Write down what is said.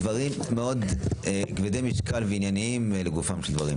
דברים מאוד כבדי משקל וענייניים לגופם של דברים.